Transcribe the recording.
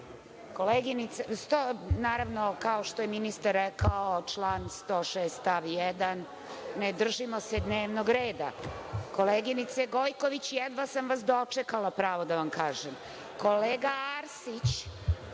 Hvala. Naravno, kao što je ministar rekao član 106. stav 1. ne držimo se dnevnog reda. Koleginice Gojković, jedva sam vas dočekala pravo da vam kažem. Kolega Arsić,